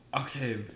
Okay